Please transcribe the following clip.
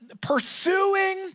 pursuing